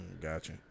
Gotcha